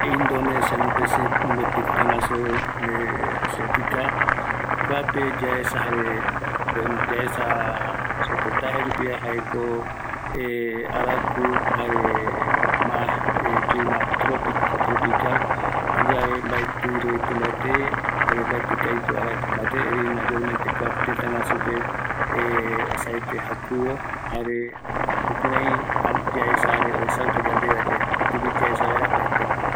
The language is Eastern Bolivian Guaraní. Inerdonesia Möéti tëtä guaju asiatica, kuape yaesava, bueno yaesa repotaje rupiva, jaekoo araku arakuva, jare mas clima tropical, jayave mbaetiko aipo iroï mbate, jare araku mbatee, erei mayormente kua tätä guaju pe oajaete jakuvo, jukurai yaesa jare oesauka yandeveva, kutï mii yaesa vaera mbaeti yaikua.